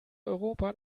europa